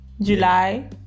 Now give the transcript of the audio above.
July